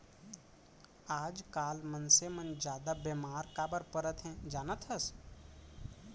आजकाल मनसे मन जादा बेमार काबर परत हें जानत हस?